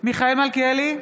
מיכאל מלכיאלי,